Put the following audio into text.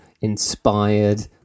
inspired